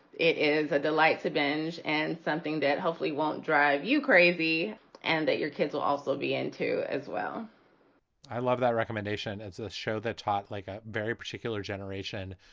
it is a delight to binge and something that hopefully won't drive you crazy and that your kids will also be into as well i love that recommendation. it's a show that taught like ah very particular generation,